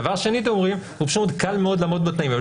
טענה שנייה שאתם אומרים שקל מאוד לעמוד בתנאים האלה,